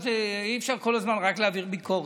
אי-אפשר כל הזמן רק להעביר ביקורת.